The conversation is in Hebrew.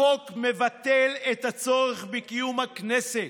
החוק מבטל את הצורך בקיום הכנסת.